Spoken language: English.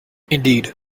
indeed